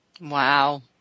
Wow